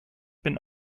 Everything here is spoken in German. bin